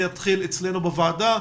זה יתחיל אצלנו בוועדה.